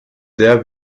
sehr